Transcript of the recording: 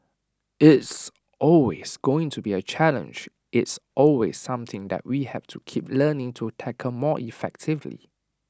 it's always going to be A challenge it's always something that we have to keep learning to tackle more effectively